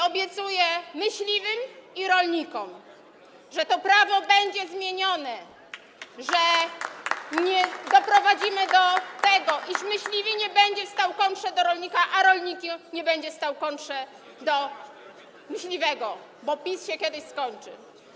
Obiecuję myśliwym i rolnikom, że to prawo będzie zmienione, że doprowadzimy do tego, iż myśliwy nie będzie stał w kontrze do rolnika, a rolnik nie będzie stał w kontrze do myśliwego, bo PiS kiedyś się skończy.